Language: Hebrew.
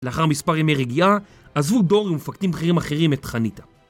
לאחר מספר ימי רגיעה, עזבו דור ומפקדים בחירים אחרים את חניתא